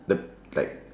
the like